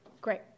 Great